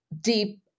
deep